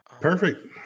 Perfect